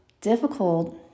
difficult